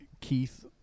keith